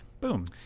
Boom